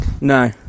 No